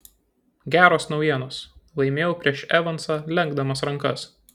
geros naujienos laimėjau prieš evansą lenkdama rankas